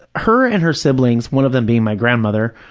her and her siblings, one of them being my grandmother,